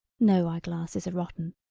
no eye-glasses are rotten,